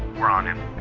we're on him.